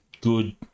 good